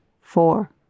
four